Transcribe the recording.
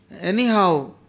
anyhow